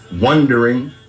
wondering